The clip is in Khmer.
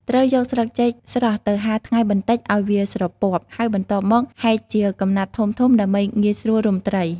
ត្រូវយកស្លឹកចេកស្រស់ទៅហាលថ្ងៃបន្តិចឲ្យវាស្រពាប់ ហើយបន្ទាប់មកហែកជាកំណាត់ធំៗ ដើម្បីងាយស្រួលរុំត្រី។